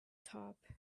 top